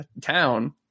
Town